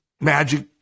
magic